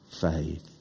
faith